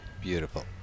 Beautiful